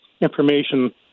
information